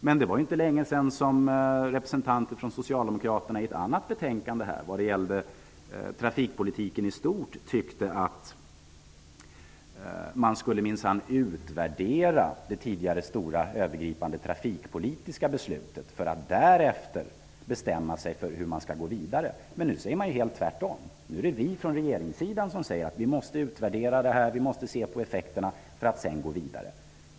Men det var inte så länge sedan som representanter för Socialdemokraterna i ett annat betänkande gällande trafikpolitiken i stort tyckte att vi minsann skulle utvärdera det tidigare stora övergripande trafikpolitiska beslutet för att därefter bestämma oss för hur vi skall gå vidare. Nu säger man helt tvärtom. Nu är det vi från regeringpartiernas sida som säger att vi skall utvärdera och se på effekterna för att sedan gå vidare.